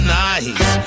nice